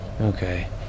Okay